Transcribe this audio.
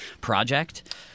project